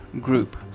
group